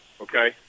Okay